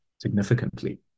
significantly